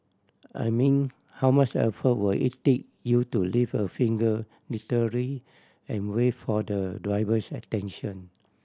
I mean how much effort would it take you to lift a finger literary and wave for the driver's attention